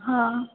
हा